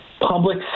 public